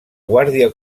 guàrdia